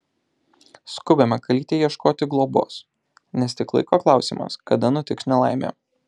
skubame kalytei ieškoti globos nes tik laiko klausimas kada nutiks nelaimė